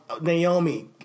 Naomi